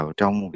trong